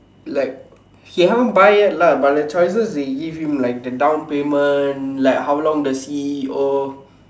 like he haven't buy yet lah but the choices they give him like the down payment like how long is the C_E_O